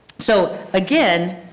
so again,